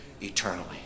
eternally